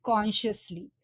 Consciously